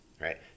right